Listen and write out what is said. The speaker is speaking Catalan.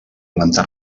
planta